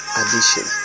addition